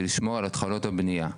היא לשמור על התחלות הבנייה.